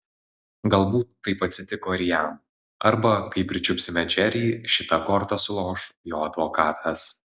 galbūt taip atsitiko ir jam arba kai pričiupsime džerį šita korta suloš jo advokatas